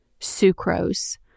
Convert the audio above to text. sucrose